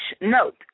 note